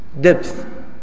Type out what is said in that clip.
depth